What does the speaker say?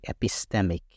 epistemic